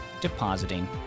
depositing